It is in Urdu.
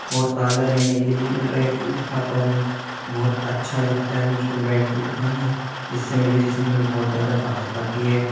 اور تازہ رہنے کے لیے میں ڈرائی فروٹ کھاتا ہوں بہت اچھا لگتا ہے مجھ کو ڈرائی فروٹ کھانا جس سے میری جسم میں بہت زیادہ طاقت آتی ہے